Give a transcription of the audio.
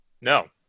No